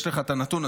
יש לך את הנתון?